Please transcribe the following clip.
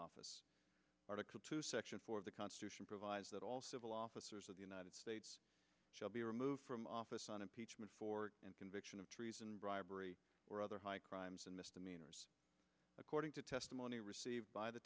office article two section four of the constitution provides that all civil officers of the united states shall be removed from office on impeachment for and conviction of treason bribery or other high crimes and misdemeanors according to testimony received by the